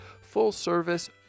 full-service